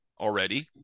already